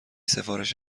سفارش